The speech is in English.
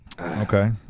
Okay